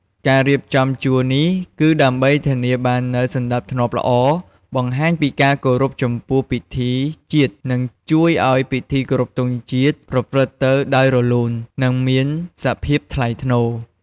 ការរៀបចំជួរនេះ គឺដើម្បីធានាបាននូវសណ្តាប់ធ្នាប់ល្អ បង្ហាញពីការគោរពចំពោះពិធីជាតិ និងជួយឱ្យពិធីគោរពទង់ជាតិប្រព្រឹត្តទៅដោយរលូន និងមានសភាពថ្លៃថ្នូរ។